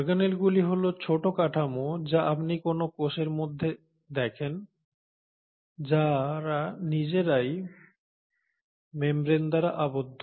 অর্গানেলগুলি হল ছোট্ট কাঠামো যা আপনি কোনও কোষের মধ্যে দেখেন যারা নিজেরাই মেমব্রেন দ্বারা আবদ্ধ